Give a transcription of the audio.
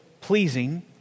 pleasing